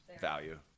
value